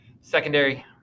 Secondary